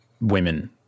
women